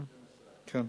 אדוני סגן השר,